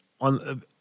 on